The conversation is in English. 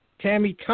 Tammy